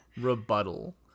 rebuttal